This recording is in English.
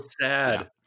sad